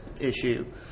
issue